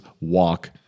walk